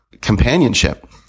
companionship